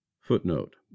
footnote